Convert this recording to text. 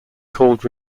called